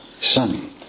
son